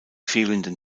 fehlenden